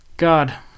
god